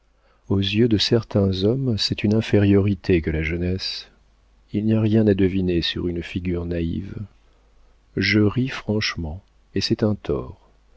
aux yeux de certains hommes c'est une infériorité que la jeunesse il n'y a rien à deviner sur une figure naïve je ris franchement et c'est un tort